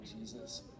Jesus